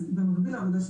לעובד.